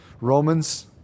Romans